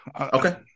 Okay